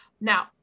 now